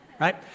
right